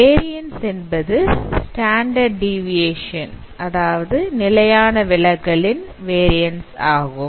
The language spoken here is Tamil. வேரியன்ஸ் என்பது ஸ்டாண்டர்ட் டிவிஏஷன் இன் நிலையான விலகல் உடைய வேரியன்ஸ் ஆகும்